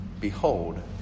behold